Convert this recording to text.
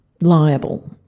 liable